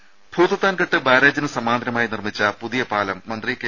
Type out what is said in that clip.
ദേദ ഭൂതത്താൻകെട്ട് ബാരേജിന് സമാന്തരമായി നിർമ്മിച്ച പുതിയ പാലം മന്ത്രി കെ